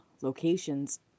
locations